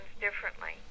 Differently